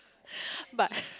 but